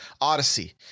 Odyssey